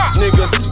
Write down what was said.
niggas